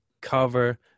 cover